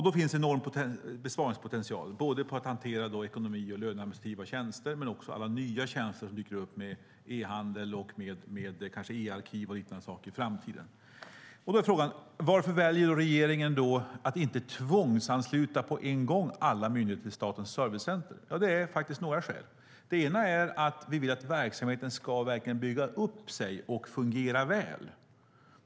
Det finns en enorm besparingspotential, både inom hanteringen av ekonomi och löneadministrativa tjänster och inom alla nya tjänster som dyker upp med e-handel och kanske e-arkiv och liknande saker i framtiden. Då är frågan varför regeringen väljer att inte tvångsansluta alla myndigheter till Statens servicecenter på en gång. Det finns några skäl till det. Det första är att vi vill att verksamheten verkligen ska bygga upp sig och fungera väl.